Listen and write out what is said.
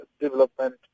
development